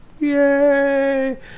Yay